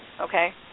okay